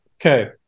Okay